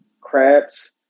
crabs